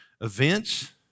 events